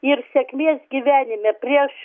ir sėkmės gyvenime prieš